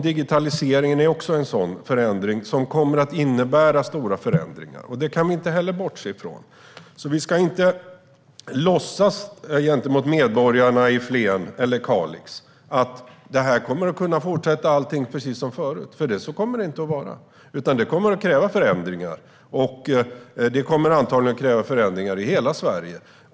Digitaliseringen kommer också att innebära stora förändringar. Den kan vi inte heller bortse från. Vi ska inte låtsas inför medborgarna i Flen eller Kalix att allt kommer att fortsätta precis som förut. Så kommer det inte att vara. Det kommer att kräva förändringar, och det kommer antagligen att kräva förändringar i hela Sverige.